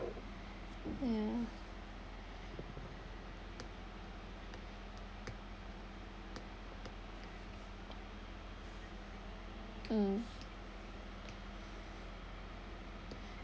ya mm